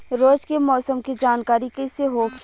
रोज के मौसम के जानकारी कइसे होखि?